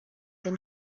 than